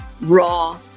raw